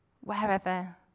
wherever